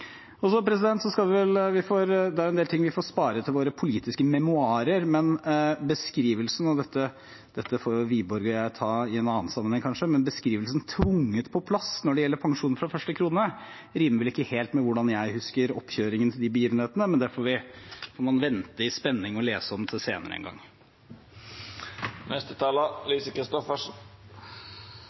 Det er en del ting vi får spare til våre politiske memoarer, men – og dette får Wiborg og jeg ta i en annen sammenheng, kanskje – beskrivelsen «tvunget på plass» når det gjelder pensjon fra første krone, rimer vel ikke helt med hvordan jeg husker oppkjøringen til de begivenhetene, men det får vi vente i spenning å lese om til senere en gang.